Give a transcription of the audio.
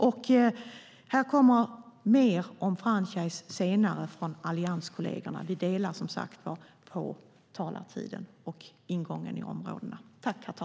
Det kommer mer om franchise senare från allianskollegerna. Vi delar som sagt talartiden och ingången i områdena.